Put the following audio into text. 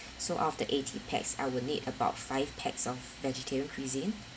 so after eighty pax I will need about five pax of vegetarian cuisine